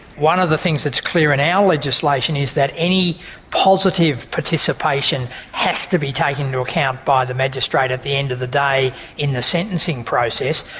one of the things that's clear in our legislation is that any positive participation has to be taken into account by the magistrate at the end of the day in the sentencing process.